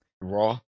raw